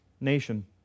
nation